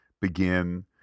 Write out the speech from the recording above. begin